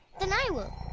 then i will.